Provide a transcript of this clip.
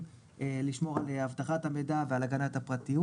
לשמור על אבטחת המידע ועל הגנת הפרטיות.